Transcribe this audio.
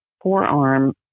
forearm